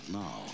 now